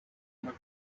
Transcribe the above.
not